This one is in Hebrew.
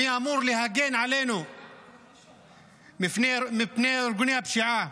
מי אמור להגן עלינו מפני ארגוני הפשיעה?